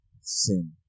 sin